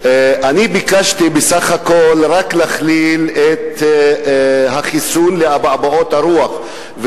אני ביקשתי בסך הכול רק להכליל את החיסון לאבעבועות רוח,